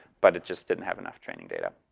but it just didn't have enough training data.